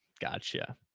Gotcha